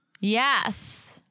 Yes